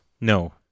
No